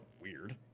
weird